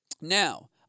Now